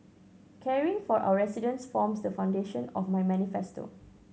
caring for our residents forms the foundation of my manifesto